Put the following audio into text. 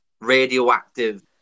radioactive